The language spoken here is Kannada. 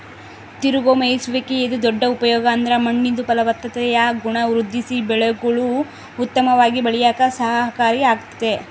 ತಿರುಗೋ ಮೇಯ್ಸುವಿಕೆದು ದೊಡ್ಡ ಉಪಯೋಗ ಅಂದ್ರ ಮಣ್ಣಿಂದು ಫಲವತ್ತತೆಯ ಗುಣ ವೃದ್ಧಿಸಿ ಬೆಳೆಗುಳು ಉತ್ತಮವಾಗಿ ಬೆಳ್ಯೇಕ ಸಹಕಾರಿ ಆಗ್ತತೆ